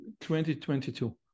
2022